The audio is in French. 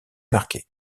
marquées